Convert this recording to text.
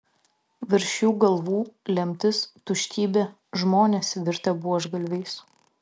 virš jų galvų lemtis tuštybė žmonės virtę buožgalviais